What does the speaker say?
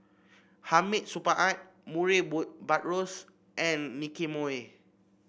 Hamid Supaat Murray Buttrose and Nicky Moey